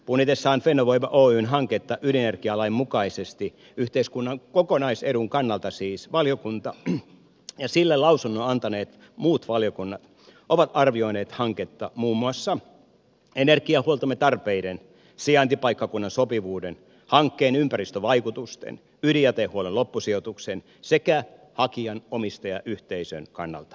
punnitessaan fennovoima oyn hanketta ydinenergialain mukaisesti yhteiskunnan kokonaisedun kannalta valiokunta ja sille lausunnon antaneet muut valiokunnat ovat arvioineet hanketta muun muassa energiahuoltomme tarpeiden sijaintipaikkakunnan sopivuuden hankkeen ympäristövaikutusten ydinjätehuollon loppusijoituksen sekä hakijan omistajayhteisön kannalta